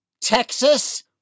Texas